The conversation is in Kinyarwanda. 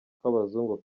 kw’abazungu